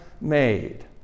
made